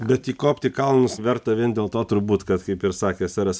bet įkopt į kalnus verta vien dėl to turbūt kad kaip ir sakė seras